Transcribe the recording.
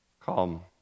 come